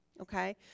okay